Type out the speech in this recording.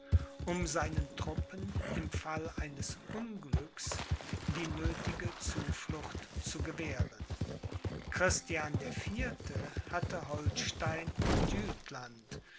um seinen truppen im fall eines unglücks die nöthige zuflucht zu gewähren christian der vierte hatte holstein und